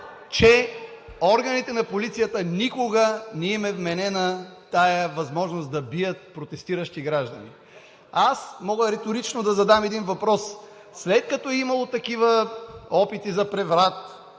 на органите на полицията никога не им е вменявана тази възможност да бият протестиращи граждани. Аз мога риторично да задам един въпрос: след като е имало такива опити за преврат,